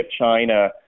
China